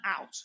out